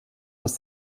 das